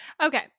Okay